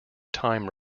time